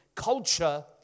culture